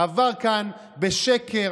עבר כאן בשקר.